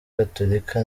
gatolika